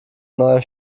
neuer